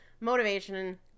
motivation